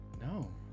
No